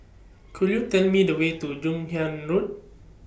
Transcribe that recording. Could YOU Tell Me The Way to Joon Hiang Road